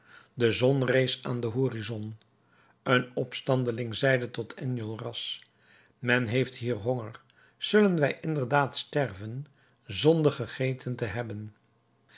de zon rees aan den horizon een opstandeling zeide tot enjolras men heeft hier honger zullen wij inderdaad sterven zonder gegeten te hebben